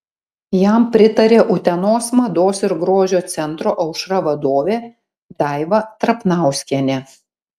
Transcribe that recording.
jam pritarė utenos mados ir grožio centro aušra vadovė daiva trapnauskienė